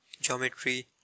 geometry